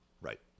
Right